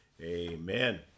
Amen